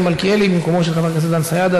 מלכיאלי במקומו של חבר הכנסת דן סידה.